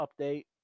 update